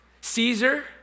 Caesar